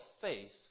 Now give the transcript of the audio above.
faith